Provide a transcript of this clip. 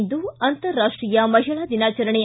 ಇಂದು ಅಂತರಾಷ್ಷೀಯ ಮಹಿಳಾ ದಿನಾಚರಣೆ